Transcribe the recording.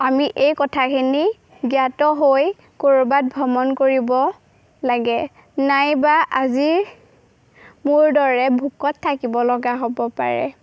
আমি এই কথাখিনি জ্ঞাত হৈ ক'ৰবাত ভ্ৰমণ কৰিব লাগে নাইবা আজিৰ মোৰ দৰে ভোকত থাকিব লগা হ'ব পাৰে